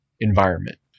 environment